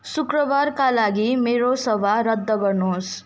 शुक्रबारका लागि मेरो सभा रद्द गर्नुहोस्